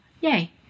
Yay